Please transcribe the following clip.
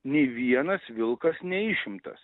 nei vienas vilkas neišimtas